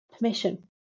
permission